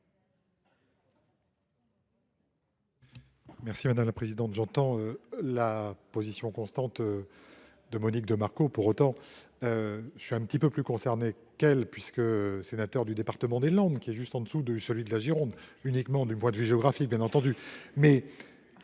explication de vote. J’entends la position constante de Monique de Marco. Pour autant, je suis un peu plus concerné qu’elle, puisque je suis sénateur du département des Landes, qui est juste en dessous de celui de la Gironde, uniquement du point de vue géographique, bien entendu